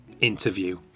interview